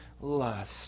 lust